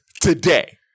today—